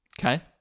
okay